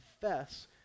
confess